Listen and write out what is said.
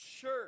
church